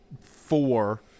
four